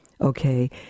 okay